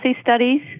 studies